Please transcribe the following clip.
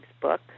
book